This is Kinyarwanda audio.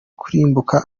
kurimbuka